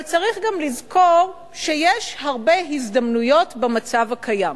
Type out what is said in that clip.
אבל צריך גם לזכור שיש הרבה הזדמנויות במצב הקיים.